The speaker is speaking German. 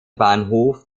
bahnhof